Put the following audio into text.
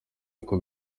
kuko